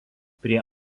prie